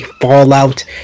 Fallout